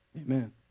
Amen